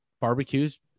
barbecues